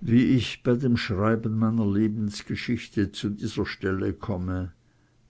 wie ich bei dem schreiben meiner lebensgeschichte zu dieser stelle komme